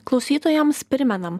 klausytojams primenam